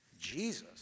Jesus